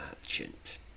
Merchant